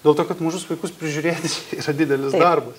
dėl to kad mažus vaikus prižiūrėti čia yra didelis darbas